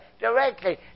directly